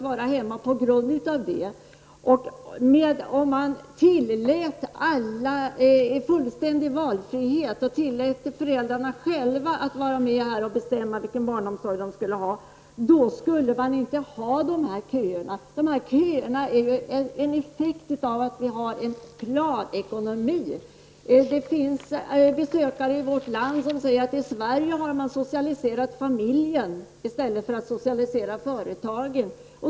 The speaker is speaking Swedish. Vore det full valfrihet och tilläts föräldrarna själva att vara med och bestämma barnomsorgen, skulle man inte ha de här köerna. Dessa är ju en effekt av att vi har en planekonomi. Besökare i vårt land brukar säga att man i Sverige har socialiserat familjen i stället för företagen.